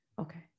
Okay